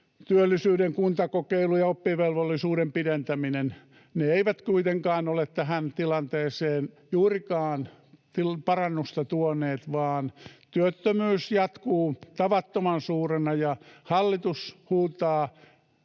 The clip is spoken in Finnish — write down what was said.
työllisyyden kuntakokeilu ja oppivelvollisuuden pidentäminen. Ne eivät kuitenkaan ole tähän tilanteeseen juurikaan parannusta tuoneet, vaan työttömyys jatkuu tavattoman suurena ja hallitus huutaa